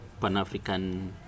Pan-African